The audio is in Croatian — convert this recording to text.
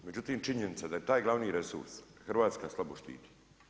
Međutim činjenica da je taj glavni resurs Hrvatska slabo štiti.